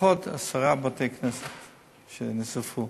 לפחות עשרה בתי-כנסת נשרפו.